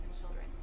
children